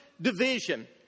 division